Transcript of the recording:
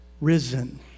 risen